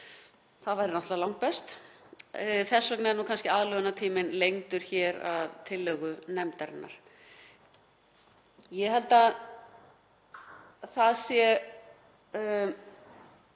Það væri náttúrlega langbest. Þess vegna er aðlögunartíminn lengdur hér að tillögu nefndarinnar. Ég held að það sé